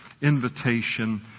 invitation